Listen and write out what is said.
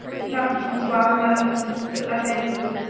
do not let these wild americans defeat us, i beg of you.